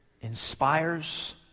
inspires